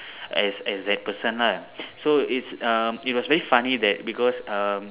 as that as that person lah so its um it was very funny that because um